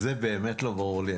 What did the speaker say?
זה באמת לא ברור לי.